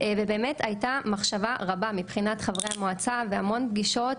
ובאמת הייתה מחשבה רבה מבחינת חברי המועצה והמון פגישות,